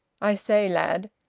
i say, lad,